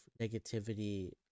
negativity